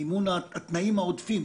מימון התנאים העודפים.